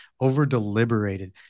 over-deliberated